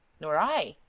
nor i.